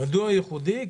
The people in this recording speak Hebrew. מדוע הוא ייחודי?